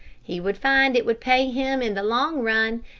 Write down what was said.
he would find it would pay him in the long run,